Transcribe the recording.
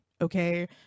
okay